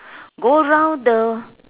go round the